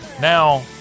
now